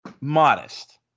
modest